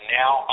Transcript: now